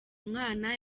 umwana